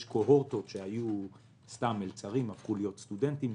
יש קוהורטות שהיו מלצרים והפכו להיות סטודנטים.